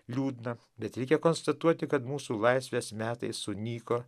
liūdna bet reikia konstatuoti kad mūsų laisvės metai sunyko